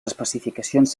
especificacions